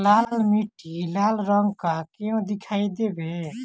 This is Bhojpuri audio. लाल मीट्टी लाल रंग का क्यो दीखाई देबे?